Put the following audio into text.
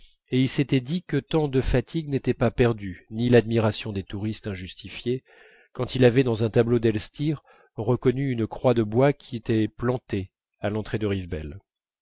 et il s'était dit que tant de fatigues n'étaient pas perdues ni l'admiration des touristes injustifiée quand il avait dans un tableau d'elstir reconnu une croix de bois qui était plantée à l'entrée de rivebelle